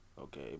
okay